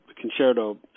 concerto